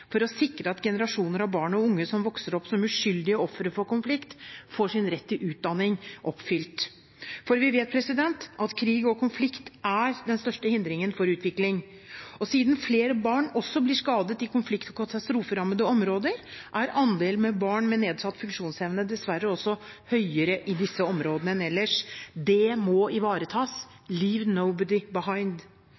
for å sikre at generasjoner av barn og unge som vokser opp som uskyldige ofre for konflikt, får sin rett til utdanning oppfylt. Vi vet at krig og konflikt er den største hindringen for utvikling. Siden flere barn også blir skadet i konflikt- og katastroferammede områder, er andelen barn med nedsatt funksjonsevne dessverre også høyere i disse områdene enn ellers. Det må ivaretas – «leave nobody behind».